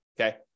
okay